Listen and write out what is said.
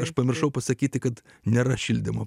aš pamiršau pasakyti kad nėra šildymo